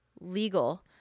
legal